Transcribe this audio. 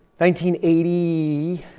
1980